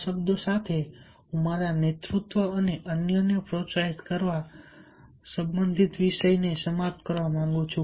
આ શબ્દો સાથે હું મારા નેતૃત્વ અને અન્યને પ્રોત્સાહિત કરવા સંબંધિત વિષયને સમાપ્ત કરવા માંગુ છું